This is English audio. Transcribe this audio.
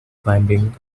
climbing